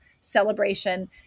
celebration